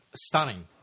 stunning